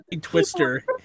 Twister